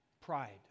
pride